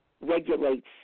regulates